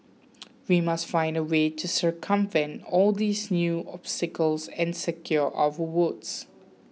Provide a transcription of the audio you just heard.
we must find a way to circumvent all these new obstacles and secure our votes